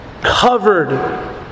covered